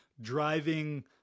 driving